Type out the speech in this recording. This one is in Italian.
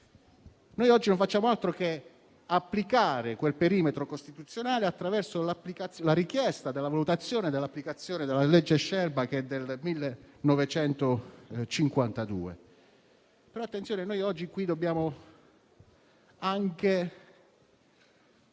Noi oggi non facciamo altro che applicare quel perimetro costituzionale attraverso la richiesta della valutazione dell'applicazione della legge Scelba del 1952.